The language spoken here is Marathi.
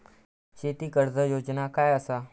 शेती कर्ज योजना काय असा?